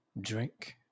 drink